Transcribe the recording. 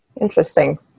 Interesting